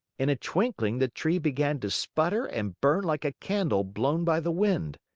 in a twinkling the tree began to sputter and burn like a candle blown by the wind.